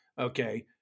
okay